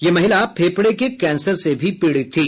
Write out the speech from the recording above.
ये महिला फेफड़े के कैंसर से भी पीड़ित थी